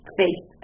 faith